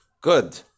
Good